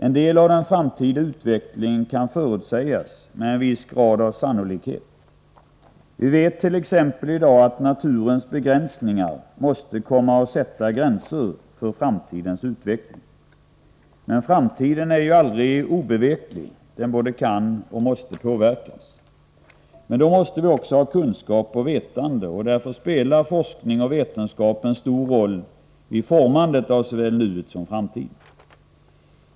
En del av den framtida utvecklingen kan förutsägas med en viss grad av sannolikhet. Vi vet t.ex. i dag att naturens begränsningar måste komma att sätta gränser för framtidens utveckling. Men framtiden är aldrig obeveklig. Den både kan och måste påverkas. Men då måste vi också ha kunskap och vetande, och därför spelar forskning och vetenskap en stor roll vid formandet av såväl nuet som framtiden.